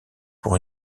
pour